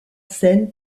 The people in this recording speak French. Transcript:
scène